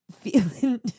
feeling